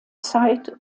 zeit